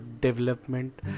development